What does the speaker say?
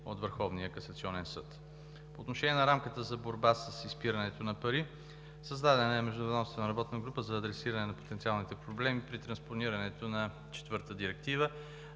от Върховния касационен съд. По отношение на „Рамка за борба с изпирането на пари“ – създадена е междуведомствена работна група за адресиране на потенциални проблеми при транспонирането на четвъртата Директива